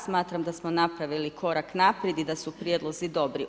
Smatram da smo napravili korak naprijed i da su prijedlozi dobri.